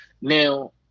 Now